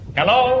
Hello